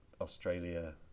Australia